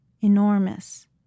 enormous